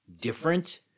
different